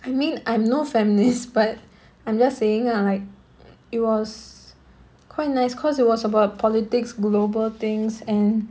I mean I'm no feminist but I'm just saying uh like it was quite nice cause it was about politics global things and